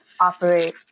operate